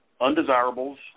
undesirables